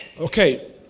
Okay